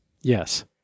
yes